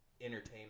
entertainment